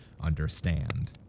understand